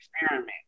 experiment